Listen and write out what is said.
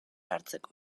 hartzeko